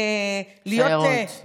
סיירות.